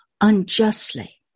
unjustly